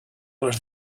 les